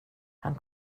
han